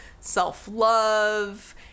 self-love